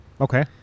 okay